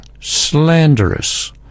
slanderous